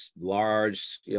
large